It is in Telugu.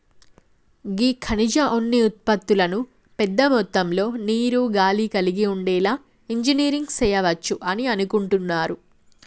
గీ ఖనిజ ఉన్ని ఉత్పతులను పెద్ద మొత్తంలో నీరు, గాలి కలిగి ఉండేలా ఇంజనీరింగ్ సెయవచ్చు అని అనుకుంటున్నారు